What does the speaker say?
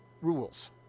rules